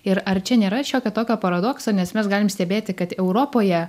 ir ar čia nėra šiokio tokio paradokso nes mes galim stebėti kad europoje